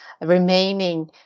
remaining